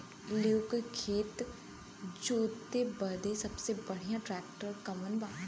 लेव के खेत जोते बदे सबसे बढ़ियां ट्रैक्टर कवन बा?